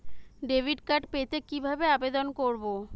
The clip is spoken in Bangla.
ডেবিট কার্ড পেতে কি ভাবে আবেদন করব?